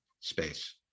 space